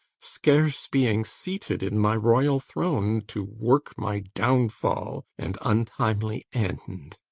scarce being seated in my royal throne, to work my downfall and untimely end! end!